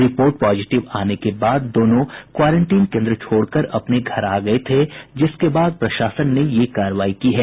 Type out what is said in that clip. report positive आने के बाद दोनों क्वारेंटीन केन्द्र छोड़कर अपने घर आ गये थे जिसके बाद प्रशासन ने यह कार्रवाई की है